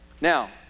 Now